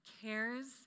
cares